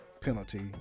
penalty